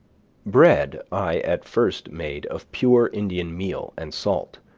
bread i at first made of pure indian meal and salt,